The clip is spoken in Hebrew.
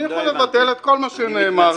אני יכול לבטל את כל מה שנאמר פה.